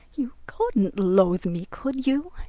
you couldn't loathe me, could you?